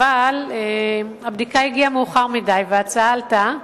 אבל הבדיקה הגיעה מאוחר מדי, וההצעה עלתה,